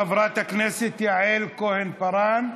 חברת הכנסת יעל כהן-פארן.